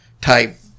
type